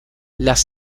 las